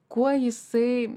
kuo jisai